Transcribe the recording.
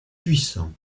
puissant